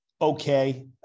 okay